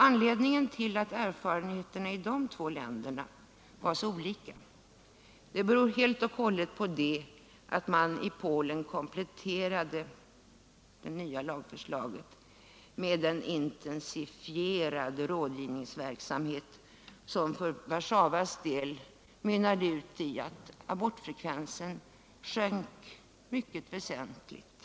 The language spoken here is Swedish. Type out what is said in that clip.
Att erfarenheterna i dessa två länder var så olika beror helt och hållet på att man i Polen kompletterade det nya lagförslaget med en intensifierad rådgivningsverksamhet, som för Warszawas del resulterade i att abortfrekvensen sjönk mycket väsentligt.